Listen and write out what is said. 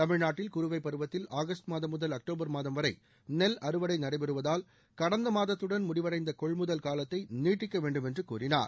தமிழ்நாட்டில் குறுவைப் பருவத்தில் ஆகஸ்ட் மாதம் முதல் அக்டோபர் மாதம் வரை நெல் அறுவடை நடைபெறுவதால் கடந்த மாதத்துடன் முடிவடைந்த கொள்முதல் காலத்தை நீட்டிக்க வேண்டுமென்று கூறினார்